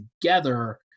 together